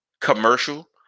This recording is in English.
commercial